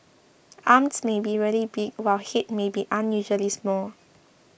arms may be really big while head may be unusually small